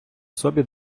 собі